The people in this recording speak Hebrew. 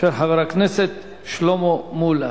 של חבר הכנסת שלמה מולה.